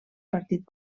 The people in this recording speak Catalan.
partit